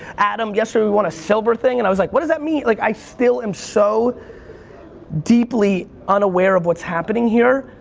adam, yesterday we won a silver thing and i was like what does that mean? like i still am so deeply unaware of what's happening here.